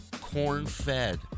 corn-fed